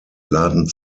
laden